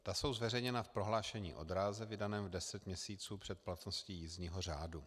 Ta jsou zveřejněna v prohlášení o dráze vydaném deset měsíců před platností jízdního řádu.